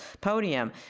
podium